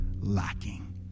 lacking